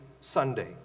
Sunday